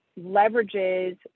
leverages